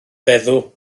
feddw